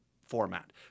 format